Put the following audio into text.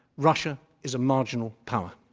russia is a marginal power.